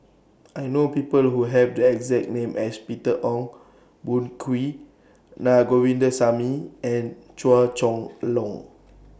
I know People Who Have The exact name as Peter Ong Boon Kwee Na Govindasamy and Chua Chong Long